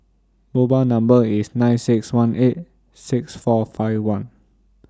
mobile Number IS nine six one eight six four five one